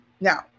Now